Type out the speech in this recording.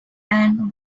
and